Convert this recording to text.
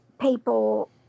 people